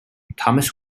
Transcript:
thomas